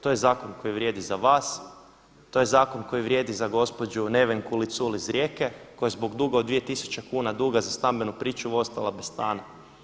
To je zakon koji vrijedi za vas, to je zakon koji vrijedi za gospođu Nevenku Licul iz Rijeke koja je zbog duga od 2000 kuna duga za stambenu pričuvu ostala bez stana.